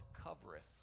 covereth